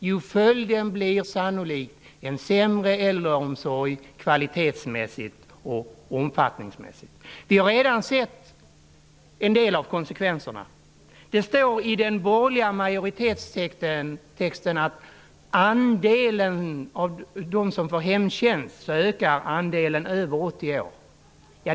Jo, följden blir sannolikt en sämre äldreomsorg, vad avser både kvalitet och omfattning. Vi har redan sett en del av konsekvenserna. Det står i den borgerliga majoritetstexten att bland dem som får hemtjänst ökar andelen personer över 80 år.